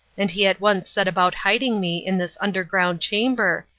and he at once set about hiding me in this underground chamber,